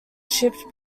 shipped